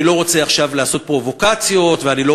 אני לא רוצה עכשיו לעשות פרובוקציות ואני לא